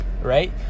right